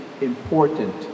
important